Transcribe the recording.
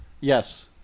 Yes